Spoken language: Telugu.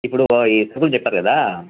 ఇప్పుడు ఈ సరుకులు చెప్పారు కదా